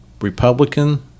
Republican